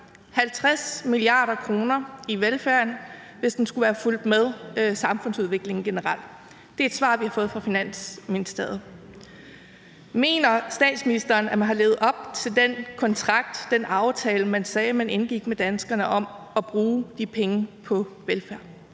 50 mia. kr. i velfærden, hvis den skulle være fulgt med samfundsudviklingen generelt. Det er et svar, vi har fået fra Finansministeriet. Mener statsministeren, at man har levet op til den kontrakt, den aftale, man sagde man indgik med danskerne, om at bruge de penge på velfærd?